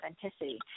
authenticity